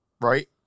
Right